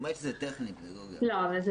זה טכני אבל זה